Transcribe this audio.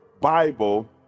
Bible